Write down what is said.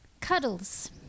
Cuddles